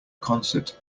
concert